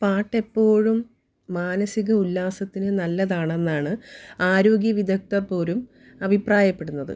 പാട്ടെപ്പോഴും മാനസിക ഉല്ലാസത്തിന് നല്ലതാണെന്നാണ് ആരോഗ്യവിദഗ്ദർ പോലും അഭിപ്രായപ്പെടുന്നത്